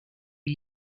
lee